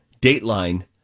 Dateline